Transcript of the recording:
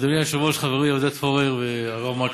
אדוני היושב-ראש, חבריי עודד פורר והרב מקלב,